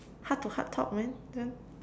heart to heart talk man this one